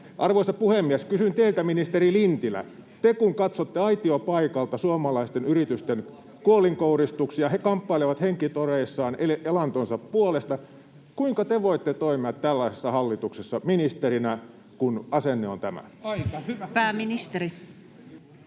Arvoisa puhemies! Kysyn teiltä, ministeri Lintilä, te kun katsotte aitiopaikalta suomalaisten yritysten kuolinkouristuksia, [Petri Hurun välihuuto] he kamppailevat henkitoreissaan elantonsa puolesta: kuinka te voitte toimia tällaisessa hallituksessa ministerinä, kun asenne on tämä? Pääministeri.